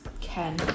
Ken